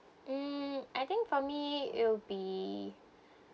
um I think for me it'll be